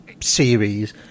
series